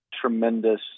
tremendous